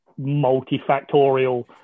multifactorial